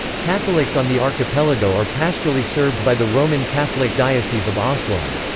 catholics on the archipelago are pastorally served by the roman catholic diocese of oslo.